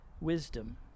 wisdom